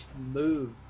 move